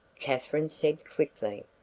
katherine said quickly.